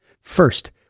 First